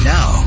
Now